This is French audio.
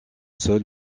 seul